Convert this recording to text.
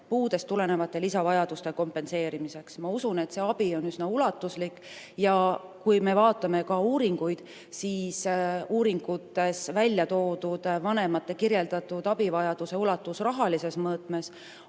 puudest tulenevate lisavajaduste kompenseerimiseks. Ma usun, et see abi on üsna ulatuslik. Kui me vaatame ka uuringuid, siis uuringutes on välja toodud, et vanemate kirjeldatud abivajaduse ulatus rahalises mõõtmes